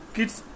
Kids